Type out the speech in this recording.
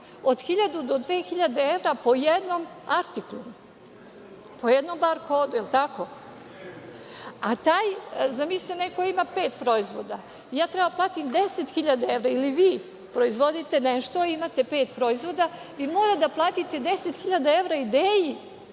od 1.000 do 2.000 evra po jednom artiklu, po jednom bar kodu, jel tako? A zamislite da neko ima pet proizvoda i ja trebam da platim 10.000 evra ili vi proizvodite nešto i imate pet proizvoda i vi morate da platite 10.000 evra „Ideji“,